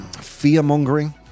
fear-mongering